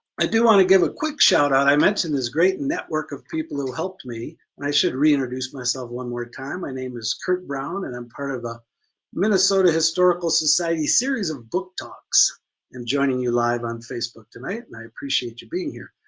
i do want to give a quick shout out, i mentioned this great network of people who helped me, and i should reintroduce myself one more time, my name is curt brown and i'm part of a minnesota historical society series of book talks and joining you live on facebook tonight and i appreciate you being here.